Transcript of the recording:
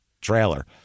trailer